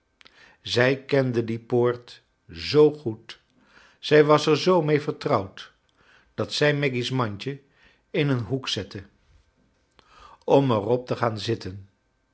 zij kende die poort zoo goed zij was er zoo mee vertrouwd dat zij maggy's mandje in een hoek zette om er op te gaan zitten